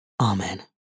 Amen